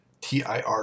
TIR